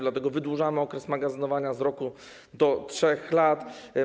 Dlatego wydłużamy okres magazynowania z roku do 3 lat.